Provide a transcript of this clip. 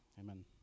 amen